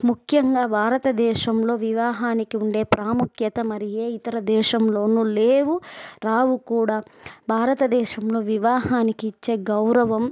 ముఖ్యంగా భారతదేశంలో వివాహానికి ఉండే ప్రాముఖ్యత మరి ఏ ఇతర దేశంలోనూ లేవు రావు కూడా భారతదేశంలో వివాహానికి ఇచ్చే గౌరవం